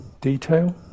detail